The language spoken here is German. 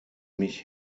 mich